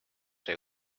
sai